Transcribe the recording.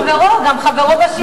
לא, גם חברו, גם חברו לסיעה.